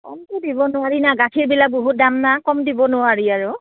কমটো দিব নোৱাৰি না গাখীৰবিলাক বহুত দাম ন কম দিব নোৱাৰি আৰু